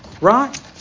right